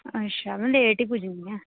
अच्छा मतलब लेट ई पुज्जनी ऐ